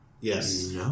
Yes